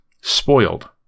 Spoiled